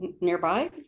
nearby